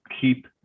keep